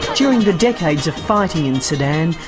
during the decades of fighting in sudan,